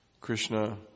Krishna